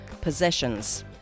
possessions